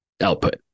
output